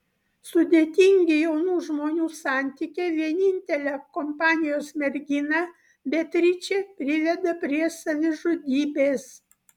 sudėtingi jaunų žmonių santykiai vienintelę kompanijos merginą beatričę priveda prie savižudybės